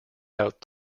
out